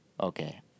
Okay